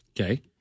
Okay